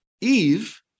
Eve